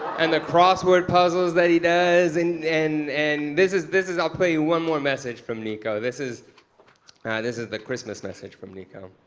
and the crossword puzzles that he does, and and and this is this is i'll play you one more message from nico. this is this is the christmas message from nico.